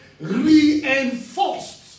reinforced